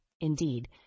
Indeed